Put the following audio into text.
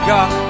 God